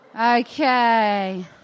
Okay